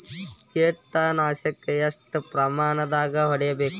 ಕೇಟ ನಾಶಕ ಎಷ್ಟ ಪ್ರಮಾಣದಾಗ್ ಹೊಡಿಬೇಕ?